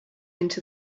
into